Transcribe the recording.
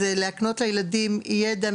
זה להקנות לילדים ידע,